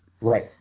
Right